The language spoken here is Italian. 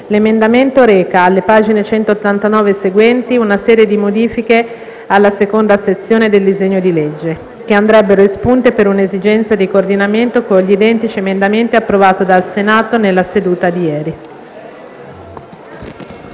l'emendamento reca, alle pagine 189 e seguenti, una serie di modifiche alla II Sezione del disegno di legge, che andrebbero espunte, per un'esigenza di coordinamento con gli identici emendamenti approvati dal Senato nella seduta di ieri.